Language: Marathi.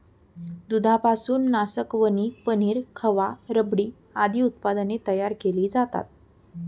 दुधापासून नासकवणी, पनीर, खवा, रबडी आदी उत्पादने तयार केली जातात